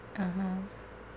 (uh huh)